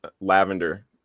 lavender